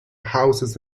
houses